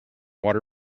water